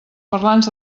parlants